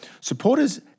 supporters